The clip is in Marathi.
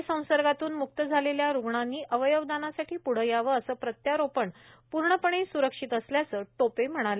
कोविड संसर्गातून म्क्त झालेल्या रुग्णांनी अवयवदानासाठी प्ढे यावं असं प्रत्यारोपण पूर्णपणे स्रक्षित असल्याचं टोपे म्हणाले